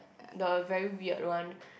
the very weird one